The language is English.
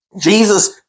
Jesus